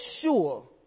sure